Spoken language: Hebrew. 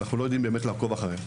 אנחנו לא יודעים באמת איך לעקוב אחריהם,